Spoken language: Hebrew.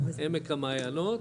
עמק המעיינות